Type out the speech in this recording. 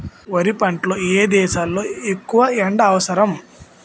వరి పంట లో ఏ దశ లొ ఎక్కువ ఎండా అవసరం?